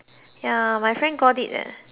ya my friend got it eh